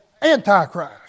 Antichrist